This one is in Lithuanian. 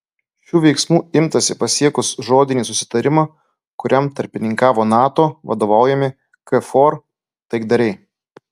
šių veiksmų imtasi pasiekus žodinį susitarimą kuriam tarpininkavo nato vadovaujami kfor taikdariai